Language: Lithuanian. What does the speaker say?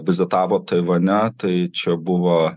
vizitavo taivane tai čia buvo